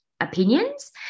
opinions